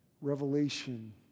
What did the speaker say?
Revelation